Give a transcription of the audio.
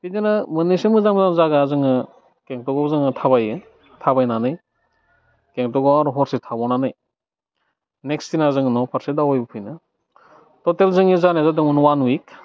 बिदिनो मोन्नैसो मोजां मोजां जागा जोङो गेंगटकआव जोङो थाबायो थाबायनानै गेंगटकआव आरो हरसे थाबावनानै नेक्स्त दिना जोङो न'फारसे दावबाय बोफिनो टटेल जोंनि जारनिया जादोंमोन अवान विक